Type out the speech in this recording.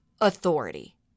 authority